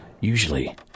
Usually